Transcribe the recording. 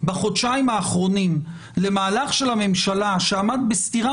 בחודשיים האחרונים למהלך של הממשלה שעמד בסתירה